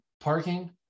parking